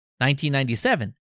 1997